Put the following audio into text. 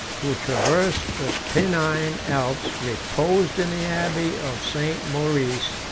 who traversed the pennine alps, reposed in the abbey of st. maurice,